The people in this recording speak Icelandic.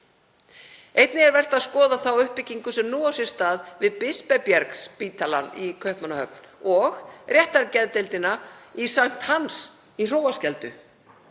Einnig er vert að skoða þá uppbyggingu sem nú á sér stað við Bispebjerg-spítalann í Kaupmannahöfn og réttargeðdeildina á Sct. Hans í Hróarskeldu.